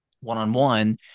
one-on-one